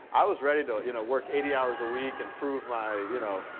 i was ready to you know work eighty hours a week and prove my, you know.